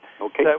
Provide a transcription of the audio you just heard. Okay